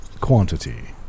quantity